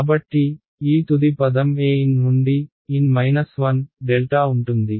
కాబట్టి ఈ తుది పదం an నుండి ∆ ఉంటుంది